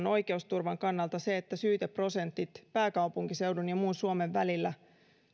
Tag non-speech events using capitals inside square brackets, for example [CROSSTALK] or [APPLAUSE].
[UNINTELLIGIBLE] oikeusturvan kannalta on se että syyteprosentit pääkaupunkiseudun ja muun suomen välillä